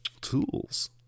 Tools